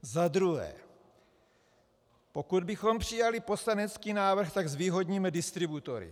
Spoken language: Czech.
Za druhé, pokud bychom přijali poslanecký návrh, tak zvýhodníme distributory.